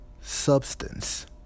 substance